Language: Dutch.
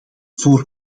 voor